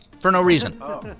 for no reason. oh!